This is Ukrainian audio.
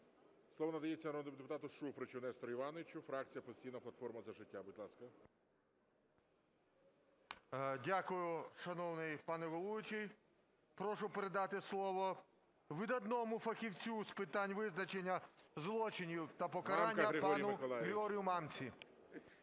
Слово надається народному депутату Шуфричу Нестору Івановичу, фракція "Опозиційна платформа – За життя", будь ласка. 13:50:37 ШУФРИЧ Н.І. Дякую. Шановний пане головуючий, прошу передати слово видатному фахівцю з питань визначення злочинів та покарань пану Григорію Мамці.